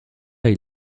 est